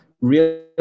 real